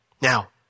Now